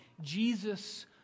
Jesus